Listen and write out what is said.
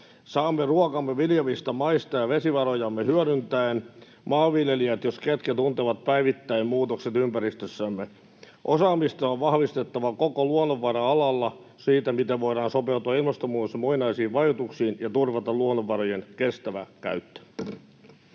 Saamme ruokamme viljavista maista ja vesivarojamme hyödyntäen. Maanviljelijät, jos ketkä, tuntevat päivittäin muutokset ympäristössämme. Osaamista on vahvistettava koko luonnonvara-alalla siitä, miten voidaan sopeutua ilmastonmuutoksen moninaisiin vaikutuksiin ja turvata luonnonvarojen kestävä käyttö.